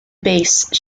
base